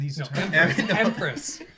Empress